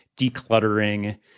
decluttering